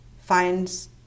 Finds